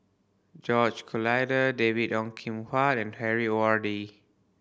George Collyer David Ong Kim Huat and Harry